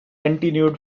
continued